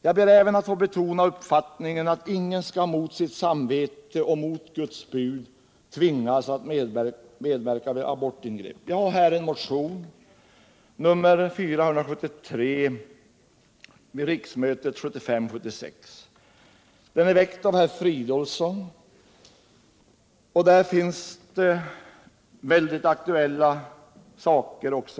Jag ber även att få betona uppfattningen att ingen mot sitt samvete och mot Guds bud skall tvingas att medverka vid abortingrepp. Här vill jag hänvisa till motionen 473 vid riksmötet 1975/76, som är väckt av herr Fridolfsson. Den innehåller sådant som är aktuellt även i dag. Bl.